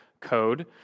code